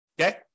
Okay